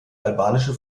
albanische